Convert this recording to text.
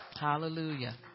hallelujah